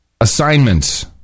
Assignments